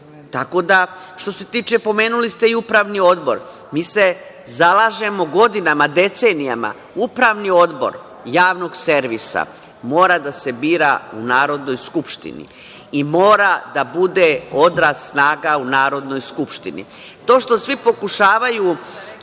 ovde. Tako da, što se tiče, pomenuli ste upravni odbor. Mi se zalažemo godinama, decenijama, upravni odbor javnog servisa mora da se bira u Narodnoj skupštini i mora da bude odraz snaga u Narodnoj skupštini. To što svi pokušavaju,